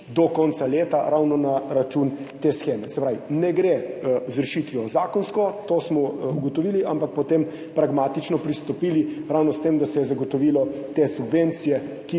do konca leta ravno na račun te sheme. Se pravi, ne gre z zakonsko rešitvijo, to smo ugotovili, ampak potem pragmatično pristopili ravno s tem, da se je zagotovilo te subvencije, ki